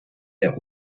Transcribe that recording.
der